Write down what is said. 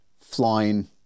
flying